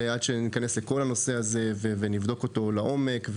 עד שניכנס לכל הנושא הזה ונבדוק אותו לעומק,